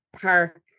park